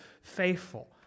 faithful